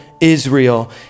Israel